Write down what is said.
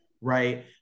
right